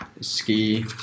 Ski